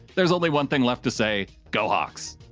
there's only one thing left to say, go hawks.